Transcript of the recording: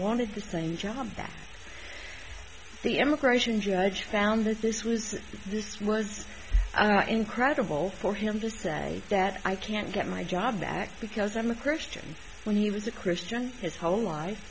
wanted to study jobs that the immigration judge found that this was this was incredible for him to say that i can't get my job back because i'm a christian when he was a christian his whole life